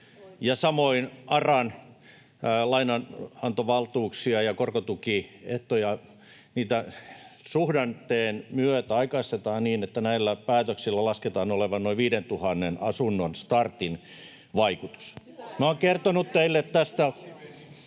samoin ARAn lainanantovaltuuksia ja korkotukiehtoja suhdanteen myötä aikaistetaan niin, että näillä päätöksillä lasketaan olevan noin 5 000 asunnon startin vaikutus. [Välihuutoja